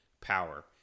power